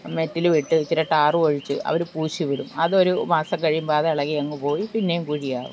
metal ഇട്ട് ഇച്ചിരെ tar ഒഴിച്ച് അവർ പൂശി വിടും അത് ഒരു മാസം കഴിയുമ്പം അത് ഇളകി അങ്ങു പോയി പിന്നെയും കുഴി ആകും